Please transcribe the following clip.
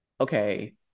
okay